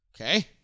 okay